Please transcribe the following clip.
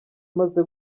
umaze